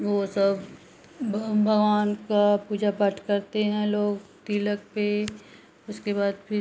वो सब भगवान का पूजा पाठ करते हैं लोग तिलक पर उसके बाद फिर